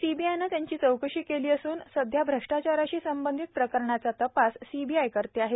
सीबीआयनं त्यांची चौकशी केली असून सध्या भ्रष्टाचाराशी संबंधित प्रकरणाचा तपास सीबीआय करत आहे